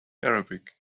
arabic